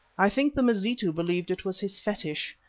i think the mazitu believed it was his fetish.